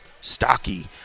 stocky